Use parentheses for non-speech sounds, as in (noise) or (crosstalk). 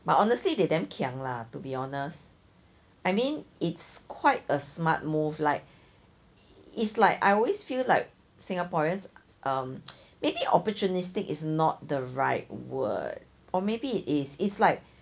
but honestly they damn kiang lah to be honest I mean it's quite a smart move like it's like I always feel like singaporeans um (noise) maybe opportunistic is not the right word or maybe it is it's like